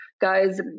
guys